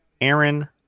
Aaron